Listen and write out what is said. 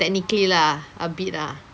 technically lah a bit lah